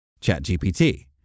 ChatGPT